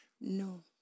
No